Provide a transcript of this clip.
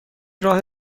راه